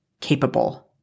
capable